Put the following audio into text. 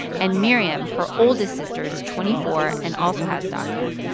and miriam, her oldest sister, is twenty four and also has daca.